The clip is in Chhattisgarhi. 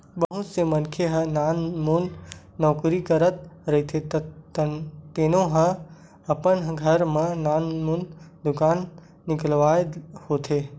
बहुत से मनखे ह नानमुन नउकरी करत रहिथे तउनो ह अपन घर म नानमुन दुकान निकलवा लेथे